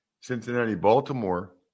Cincinnati-Baltimore